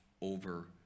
over